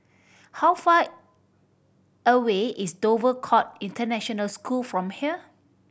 how far away is Dover Court International School from here